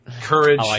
Courage